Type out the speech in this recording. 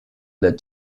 led